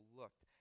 looked